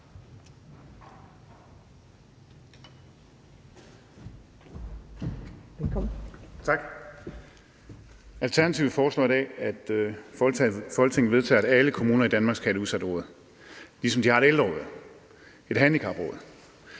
Alternativet foreslår i dag, at Folketinget vedtager, at alle kommuner i Danmark skal have et udsatteråd, ligesom de har et ældreråd og et handicapråd.